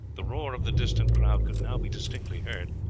the roar of the distant crowd could now be distinctly heard.